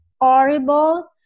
horrible